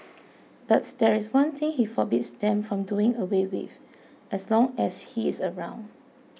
but there is one thing he forbids them from doing away with as long as he is around